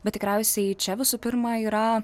bet tikriausiai čia visų pirma yra